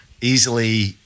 easily